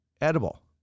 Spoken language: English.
edible